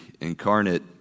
incarnate